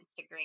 Instagram